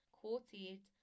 quoted